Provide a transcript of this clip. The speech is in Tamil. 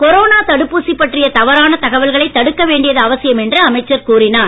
கொரோனா தடுப்பூசி பற்றிய தவறான தகவல்களை தடுக்க வேண்டியது அவசியம் என்று அமைச்சர் கூறினார்